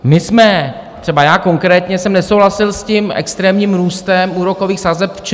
My jsme, třeba já konkrétně jsem nesouhlasil s extrémním růstem úrokových sazeb ČNB.